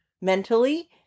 mentally